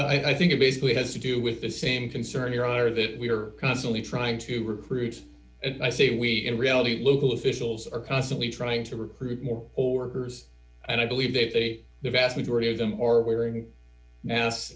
mass i think it basically has to do with the same concern here are that we are constantly trying to recruit i say we in reality local officials are constantly trying to recruit more orders and i believe they pay the vast majority of them or wearing masks